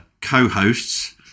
co-hosts